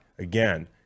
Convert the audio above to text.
Again